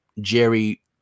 jerry